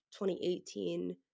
2018